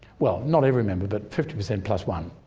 well, not every member but fifty per cent plus one.